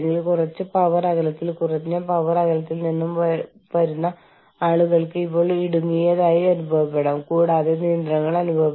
multi national ഓർഗനൈസേഷനുകളിൽ തൊഴിൽ ബന്ധങ്ങളെ സമീപിക്കാനുള്ള വിവിധ മാർഗങ്ങളുണ്ട്